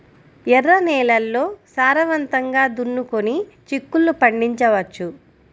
ఎర్ర నేలల్లో సారవంతంగా దున్నుకొని చిక్కుళ్ళు పండించవచ్చు